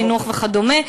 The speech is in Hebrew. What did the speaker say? חינוך וכדומה.